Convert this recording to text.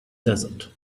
desert